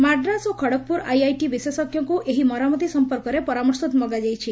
ମାଡ୍ରାସ୍ ଓ ଖଡ଼ଗପୁର ଆଇଆଇଟି ବିଶେଷଙ୍କଙ୍କୁ ଏହି ମରାମତି ସଂପର୍କରେ ପରାମର୍ଶ ମଗାଯାଇଛି